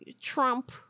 Trump